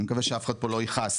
אני מקווה שאף אחד לא יכעס,